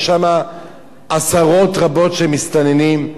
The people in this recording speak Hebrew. יש שם עשרות רבות של מסתננים,